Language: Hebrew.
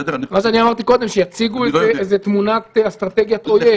אמרתי קודם שיציגו איזו תמונת אסטרטגיה כוללת.